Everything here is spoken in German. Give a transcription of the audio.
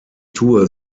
tour